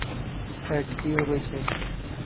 Fat की होवछै?